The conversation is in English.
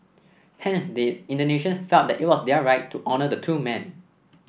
hence the Indonesians felt that it was their right to honour the two men